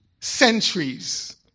centuries